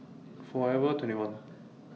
Forever twenty one